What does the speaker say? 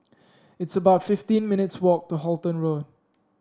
it's about fifteen minutes' walk to Halton Road